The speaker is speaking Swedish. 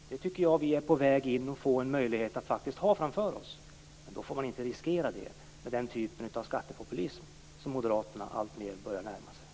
Jag tycker att vi är på väg att få en möjlighet att faktiskt ha det framför oss. Men då får man inte riskera det med den typ av skattepopulism som Moderaterna alltmer börjar närma sig.